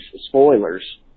spoilers